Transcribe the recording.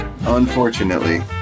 unfortunately